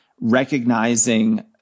recognizing